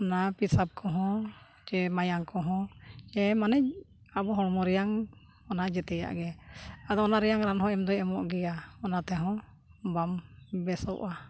ᱚᱱᱟ ᱯᱤᱥᱟᱵᱽ ᱠᱚᱦᱚᱸ ᱪᱮ ᱢᱟᱭᱟᱢ ᱠᱚᱦᱚᱸ ᱪᱮ ᱢᱟᱱᱮ ᱟᱵᱚ ᱦᱚᱲᱢᱚ ᱨᱮᱭᱟᱜ ᱚᱱᱟ ᱡᱚᱛᱚᱣᱟᱜ ᱜᱮ ᱟᱫᱚ ᱚᱱᱟ ᱨᱮᱭᱟᱜ ᱨᱟᱱᱦᱚᱸ ᱮᱢ ᱫᱚᱭ ᱮᱢᱚᱜ ᱜᱮᱭᱟ ᱚᱱᱟ ᱛᱮᱦᱚᱸ ᱵᱟᱢ ᱵᱮᱥᱚᱜᱼᱟ